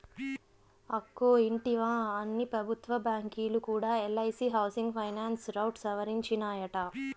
అక్కో ఇంటివా, అన్ని పెబుత్వ బాంకీలు కూడా ఎల్ఐసీ హౌసింగ్ ఫైనాన్స్ రౌట్ సవరించినాయట